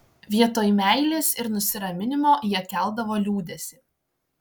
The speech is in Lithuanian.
vietoj meilės ir nusiraminimo jie keldavo liūdesį